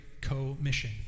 co-mission